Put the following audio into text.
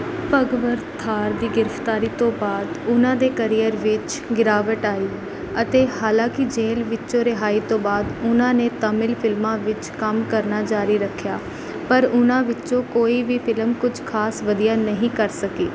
ਭਗਵਥਾਰ ਦੀ ਗ੍ਰਿਫਤਾਰੀ ਤੋਂ ਬਾਅਦ ਉਨ੍ਹਾਂ ਦੇ ਕਰੀਅਰ ਵਿੱਚ ਗਿਰਾਵਟ ਆਈ ਅਤੇ ਹਾਲਾਂਕਿ ਜੇਲ੍ਹ ਵਿਚੋਂ ਰਿਹਾਈ ਤੋਂ ਬਾਅਦ ਉਨ੍ਹਾਂ ਨੇ ਤਮਿਲ ਫਿਲਮਾਂ ਵਿੱਚ ਕੰਮ ਕਰਨਾ ਜਾਰੀ ਰੱਖਿਆ ਪਰ ਉਨ੍ਹਾਂ ਵਿੱਚੋਂ ਕੋਈ ਵੀ ਫਿਲਮ ਕੁਝ ਖਾਸ ਵਧੀਆ ਨਹੀਂ ਕਰ ਸਕੀ